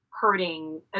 hurting